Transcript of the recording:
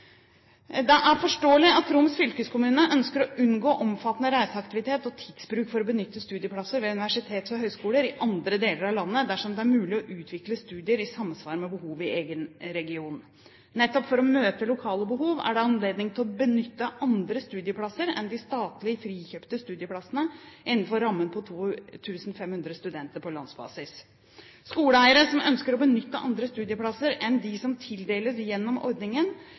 Det er forståelig at Troms fylkeskommune ønsker å unngå omfattende reiseaktivitet og tidsbruk for å benytte studieplasser ved universitet og høyskoler i andre deler av landet, dersom det er mulig å utvikle studier i samsvar med behovet i egen region. Nettopp for å møte lokale behov er det anledning til å benytte andre studieplasser enn de statlig frikjøpte studieplassene innenfor rammen på 2 500 studenter på landsbasis. Skoleeiere som ønsker å benytte andre studieplasser enn de som tildeles gjennom ordningen,